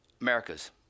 America's